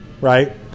right